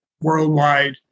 worldwide